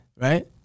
Right